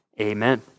Amen